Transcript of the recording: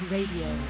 Radio